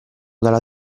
dalla